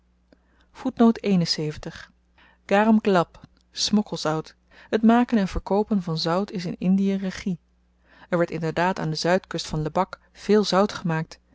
garem glap smokkelzout het maken en verkoopen van zout is in indie regie er werd inderdaad aan de zuidkust van lebak veel zout gemaakt